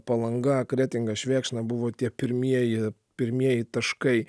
palanga kretinga švėkšna buvo tie pirmieji pirmieji taškai